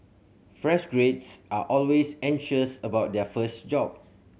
fresh graduates are always anxious about their first job